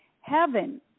heaven